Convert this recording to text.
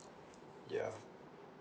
ya